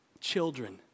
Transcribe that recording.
Children